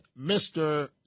Mr